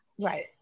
right